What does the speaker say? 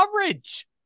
coverage